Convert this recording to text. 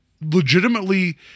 legitimately